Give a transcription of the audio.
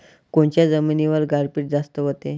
कोनच्या जमिनीवर गारपीट जास्त व्हते?